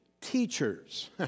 teachers